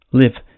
live